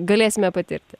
galėsime patirti